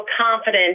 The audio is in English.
confident